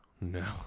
No